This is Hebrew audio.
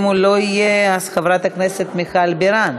אם הוא לא יהיה, חברת הכנסת מיכל בירן,